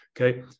Okay